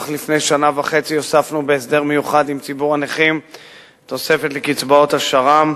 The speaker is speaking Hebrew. לפני שנה וחצי הוספנו בהסדר מיוחד עם ציבור הנכים תוספת לקצבאות השר"מ.